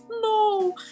no